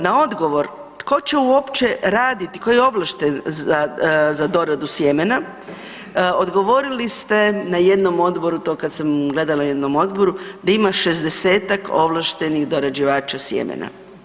Na odgovor tko će uopće raditi, tko je ovlašten za, za doradu sjemena odgovorili ste na jednom odboru, to kad sam gledala u jednom odboru, da ima 60-tak ovlaštenih dorađivača sjemena.